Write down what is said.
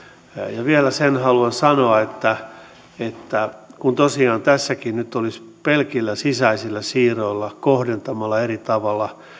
vielä sen haluan sanoa että että tosiaan tässäkin nyt olisi pelkillä sisäisillä siirroilla kohdentamalla eri tavalla